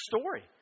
story